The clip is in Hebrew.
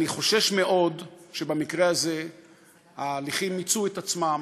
אני חושש מאוד שבמקרה הזה ההליכים מיצו את עצמם.